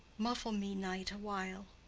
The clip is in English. muffle me, night, awhile.